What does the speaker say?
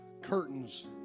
curtains